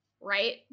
Right